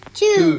two